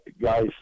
guys